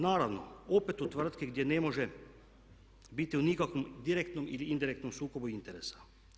Naravno, opet u tvrtki gdje ne može biti u nikakvom direktnom ili indirektnom sukobu interesa.